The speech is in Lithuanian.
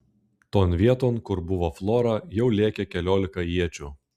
ton vieton kur buvo flora jau lėkė keliolika iečių